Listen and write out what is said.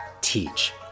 teach